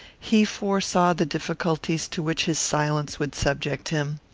he foresaw the difficulties to which his silence would subject him.